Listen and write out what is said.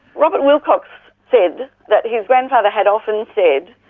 robert wilcox said that his grandfather had often said,